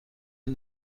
این